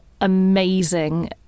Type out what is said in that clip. amazing